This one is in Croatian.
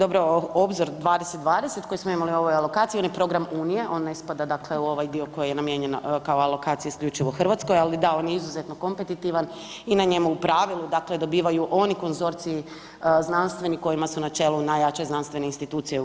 Obzor 2020 koji smo imali u ovoj alokaciji on je program Unije, on ne spada u ovaj dio koji je namijenjen kao alokacija isključivo Hrvatskoj, ali da on je izuzetno kompetitivan i na njemu u pravilu dobivaju oni konzorciji znanstveni kojima su na čelu najjače znanstvene institucije u EU.